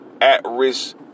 at-risk